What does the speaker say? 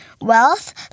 wealth